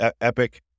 epic